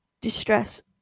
distress